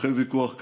אחרי ויכוח כזה,